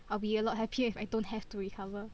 I'll be a lot happier if I don't have to recover